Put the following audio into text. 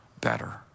better